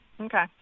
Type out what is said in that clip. Okay